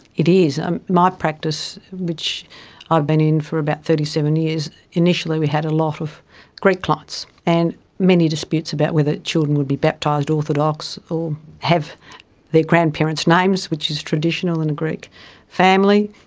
it is. um my practice, which i've been in for about thirty seven years, initially we had a lot of greek clients and many disputes about whether children would be baptised orthodox or have their grandparents' names, which is traditional in a greek family,